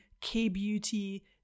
K-Beauty